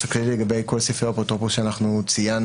הכללי לגבי כל סעיפי האפוטרופוס שאנחנו ציינו